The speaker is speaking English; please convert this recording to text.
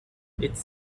it’s